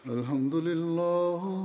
Alhamdulillah